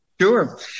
Sure